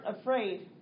afraid